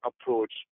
approach